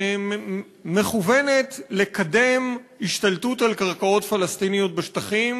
שמכוונת לקדם השתלטות על קרקעות פלסטיניות בשטחים